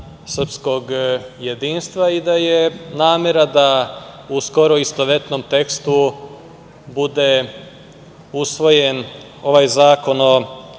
srpskog jedinstva i da je namera da u skoro istovetnom tekstu bude usvojen ovaj Zakon o